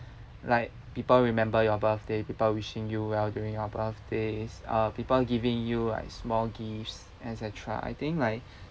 like people remember your birthday people wishing you well during your birthdays uh people giving you like small gifts et cetera I think like